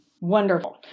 Wonderful